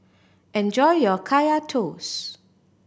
enjoy your Kaya Toast